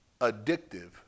addictive